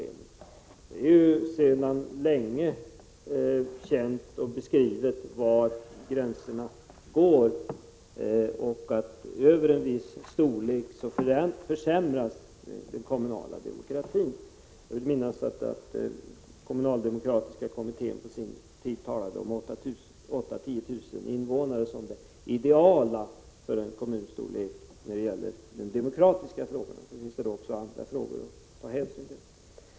Det är sedan länge känt och beskrivet var gränserna går och att den kommunala demokratin försämras i kommuner över en viss storlek. Jag vill minnas att den kommunaldemokratiska kommittén på sin tid talade om ett invånarantal på 8 000-10 000 som det ideala för en kommun när det gäller den demokratiska sidan. Sedan finns det också andra frågor att ta hänsyn till.